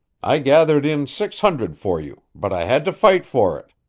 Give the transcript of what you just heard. i gathered in six hundred for you, but i had to fight for it.